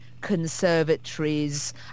conservatories